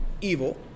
evil